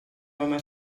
home